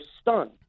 stunned